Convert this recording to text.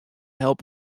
help